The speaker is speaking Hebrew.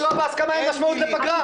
אם לא בהסכמה, אין משמעות לפגרה.